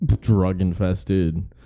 drug-infested